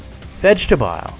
vegetable